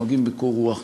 נוהגים בקור רוח,